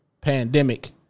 pandemic